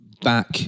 Back